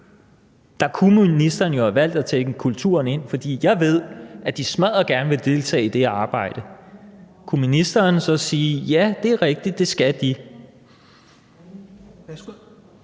der kunne ministeren jo have valgt at tænke kulturen ind. For jeg ved, at de smaddergerne vil deltage i det arbejde. Kunne ministeren så sige: Ja, det er rigtigt, det skal de?